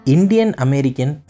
Indian-American